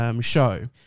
show